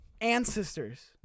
ancestors